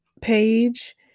page